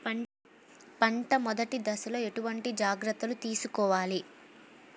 పంట మెదటి దశలో ఎటువంటి జాగ్రత్తలు తీసుకోవాలి?